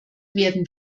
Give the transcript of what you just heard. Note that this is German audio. werden